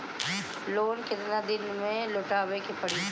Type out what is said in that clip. Loan केतना दिन में लौटावे के पड़ी?